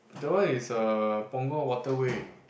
that one is uh Punggol Waterway